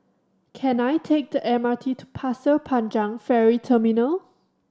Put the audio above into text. can I take the M R T to Pasir Panjang Ferry Terminal